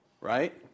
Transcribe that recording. right